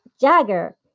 Jagger